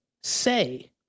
say